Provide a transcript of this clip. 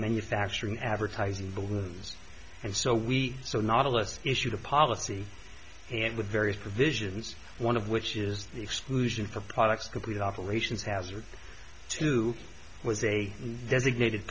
manufacturing advertising blues and so we saw not a less issued a policy and with various provisions one of which is the exclusion for products complete operations hazard two was a designated